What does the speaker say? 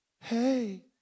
Hey